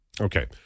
Okay